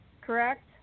correct